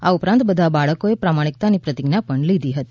આ ઉપરાંત બધા બાળકોએ પ્રમાણિકતાની પ્રતિજ્ઞા પણ લીધી હતી